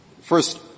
first